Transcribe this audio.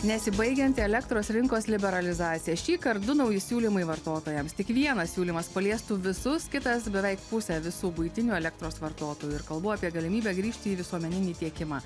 nesibaigianti elektros rinkos liberalizacija šįkart du nauji siūlymai vartotojams tik vienas siūlymas paliestų visus kitas beveik pusę visų buitinių elektros vartotojų ir kalbu apie galimybę grįžti į visuomeninį tiekimą